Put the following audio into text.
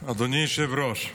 היושב-ראש,